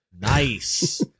Nice